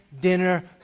dinner